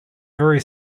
very